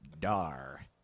Dar